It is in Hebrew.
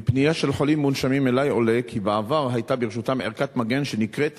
מפנייה של חולים מונשמים אלי עולה כי בעבר היתה ברשותם ערכת מגן שנקראת